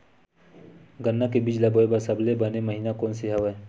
गन्ना के बीज ल बोय बर सबले बने महिना कोन से हवय?